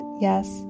yes